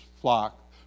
flock